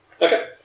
okay